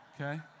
Okay